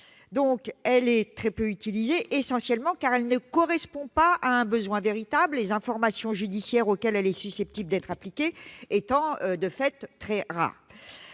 par an au niveau national-, essentiellement car elle ne correspond pas à un besoin véritable, les informations judiciaires auxquelles elle est susceptible d'être appliquée étant de fait très rares.